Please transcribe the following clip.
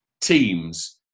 teams